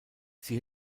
sie